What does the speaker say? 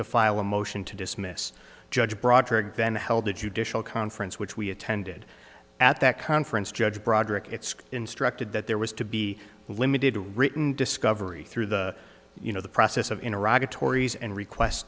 to file a motion to dismiss judge broaddrick then held a judicial conference which we attended at that conference judge broderick it's instructed that there was to be limited a written discovery through the you know the process of iraq the tories and request